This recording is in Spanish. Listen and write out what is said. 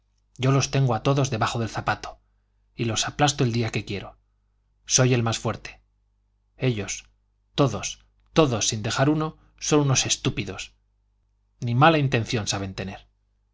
yo los tengo a todos debajo del zapato y los aplasto el día que quiero soy el más fuerte ellos todos todos sin dejar uno son unos estúpidos ni mala intención saben tener